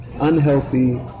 unhealthy